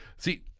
see,